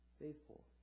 faithful